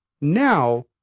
Now